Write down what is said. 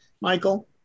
Michael